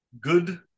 good